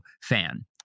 fan